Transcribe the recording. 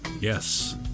Yes